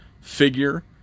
figure